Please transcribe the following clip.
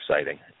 exciting